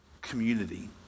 community